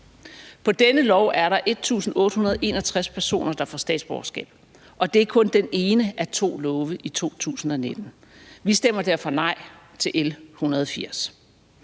På denne lov er der 1.861 personer, der får statsborgerskab, og det er kun den ene af to love i 2019. Vi stemmer derfor nej til L 180.